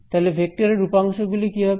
তাহলে ভেক্টরের উপাংশ গুলি কি হবে